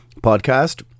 podcast